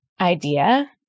idea